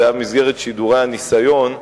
זה היה במסגרת שידורי הניסיון,